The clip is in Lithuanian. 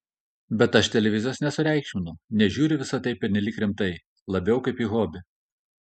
bet aš televizijos nesureikšminu nežiūriu į visa tai pernelyg rimtai labiau kaip į hobį